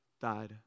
died